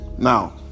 Now